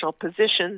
positions